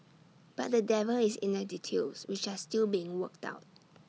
but the devil is in the details which are still being worked out